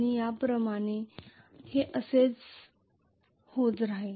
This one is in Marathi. या प्रमाणे आणि हे असेच जाईल